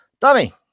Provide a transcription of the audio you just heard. Danny